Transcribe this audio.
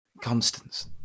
Constance